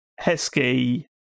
Heskey